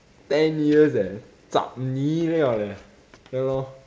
ten years eh cap ni liao leh ya lor